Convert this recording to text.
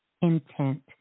intent